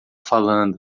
falando